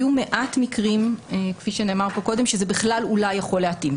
יהיו מעט מקרים כפי שנאמר כאן קודם שזה בכלל אולי יכול להתאים.